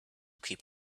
keep